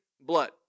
blood